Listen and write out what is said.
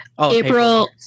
April